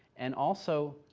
and also,